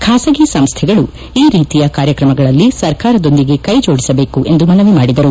ಖಾಸಗಿ ಸಂಸ್ಥೆಗಳು ಈ ರೀತಿಯ ಕಾರ್ಯತ್ರಮಗಳಲ್ಲಿ ಸರ್ಕಾರದೊಂದಿಗೆ ಕೈಜೋಡಿಸಬೇಕು ಎಂದು ಮನವಿ ಮಾಡಿದರು